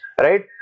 right